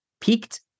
peaked